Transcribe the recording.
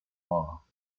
law